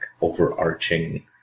overarching